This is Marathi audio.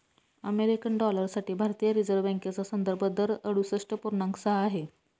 अमेरिकन डॉलर साठी भारतीय रिझर्व बँकेचा संदर्भ दर अडुसष्ठ पूर्णांक सहा आहे